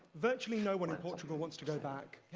virtually no one in portugal wants to go back.